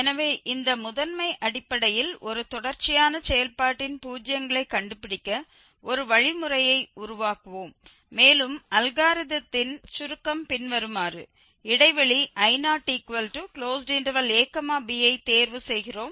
எனவே இந்த முதன்மை அடிப்படையில் ஒரு தொடர்ச்சியான செயல்பாட்டின் பூஜ்ஜியங்களைக் கண்டுபிடிக்க ஒரு வழிமுறையை உருவாக்குவோம் மேலும் அல்காரிதத்தின் சுருக்கம் பின்வருமாறு இடைவெளி I0ab யைத் தேர்வு செய்கிறோம்